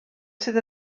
sydd